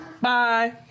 Bye